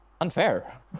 unfair